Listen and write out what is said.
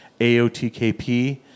AOTKP